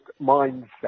mindset